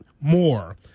more